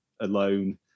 alone